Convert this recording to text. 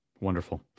Wonderful